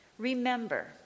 Remember